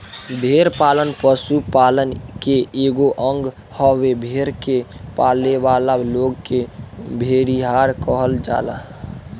भेड़ पालन पशुपालन के एगो अंग हवे, भेड़ के पालेवाला लोग के भेड़िहार कहल जाला